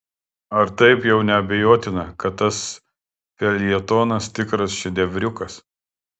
ar taip jau neabejotina kad tas feljetonas tikras šedevriukas